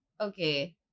Okay